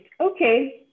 Okay